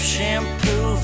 Shampoo